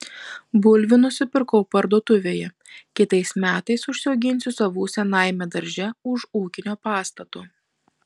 bulvių nusipirkau parduotuvėje kitais metais užsiauginsiu savų senajame darže už ūkinio pastato